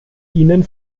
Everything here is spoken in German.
ihnen